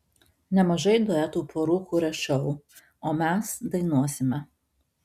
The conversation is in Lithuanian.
nemažai duetų porų kuria šou o mes dainuosime